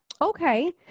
Okay